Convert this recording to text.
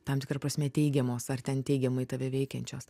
tam tikra prasme teigiamos ar ten teigiamai tave veikiančios